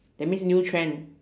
that means new trend